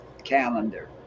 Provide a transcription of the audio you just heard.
calendar